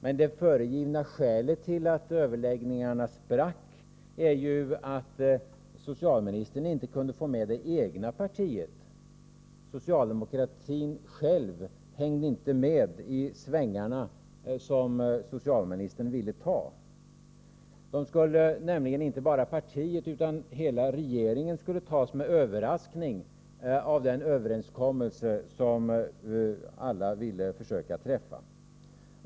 Men det föregivna skälet till att överläggningarna sprack är ju att socialministern inte kunde få med det egna partiet. Socialdemokratin själv hängde inte med i de svängar som socialministern ville göra. Inte bara partiet utan hela regeringen skulle ju tas med överraskning genom den överenskommelse som alla ville försöka träffa.